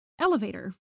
elevator